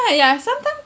uh ya some time